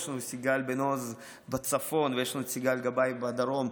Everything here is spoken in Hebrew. יש לנו את סיגל בן עוז בצפון ויש לנו את סיגל גבאי בדרום.